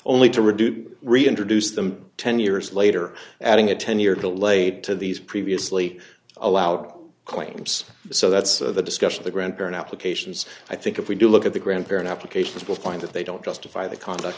only to reduce reintroduce them ten years later adding a ten year to late to these previously allowed claims so that's the discussion the grantor in applications i think if we do look at the grandparent applications will find that they don't justify the conduct